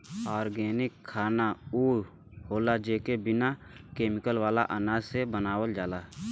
organic खाना उ होला जेके बिना केमिकल वाला अनाज से बनावल जाला